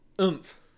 Oomph